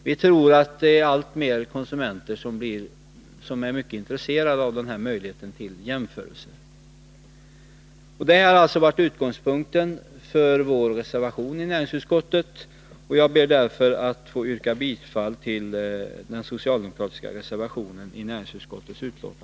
Vi tror att allt fler konsumenter är intresserade av denna möjlighet till jämförelser. Detta har varit utgångspunkten för vår reservation, och jag ber att få yrka Nr 54